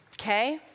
Okay